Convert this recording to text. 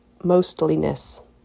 mostliness